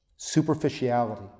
superficiality